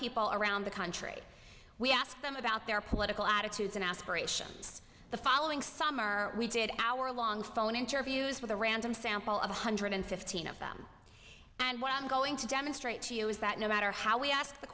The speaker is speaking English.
people around the country we asked them about their political attitudes and aspirations the following summer we did our long phone interviews with a random sample of one hundred fifteen of them and what i'm going to demonstrate to you is that no matter how we ask the